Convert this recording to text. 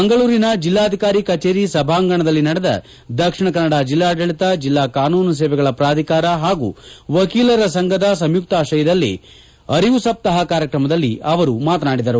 ಮಂಗಳೂರಿನ ಜಿಲ್ಲಾಧಿಕಾರಿ ಕಚೇರಿ ಸಭಾಂಗಣದಲ್ಲಿ ದಕ್ಷಿಣ ಕನ್ನಡ ಜಿಲ್ಲಾಡಳಿತ ಜಿಲ್ಲಾ ಕಾನೂನು ಸೇವೆಗಳ ಪ್ರಾಧಿಕಾರ ಹಾಗೂ ವಕೀಲರ ಸಂಘದ ಸಂಯುಕ್ತಾತ್ರಯದಲ್ಲಿ ನಡೆದ ಜಾಗೃತಿ ಅರಿವು ಸಪ್ತಾಹ ಕಾರ್ಯಕ್ರಮದಲ್ಲಿ ಅವರು ಮಾತನಾಡಿದರು